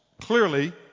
clearly